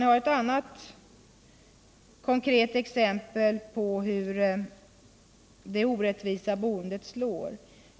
Jag har ett annat konkret exempel på hur det orättvisa boendet slår.